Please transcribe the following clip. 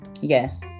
Yes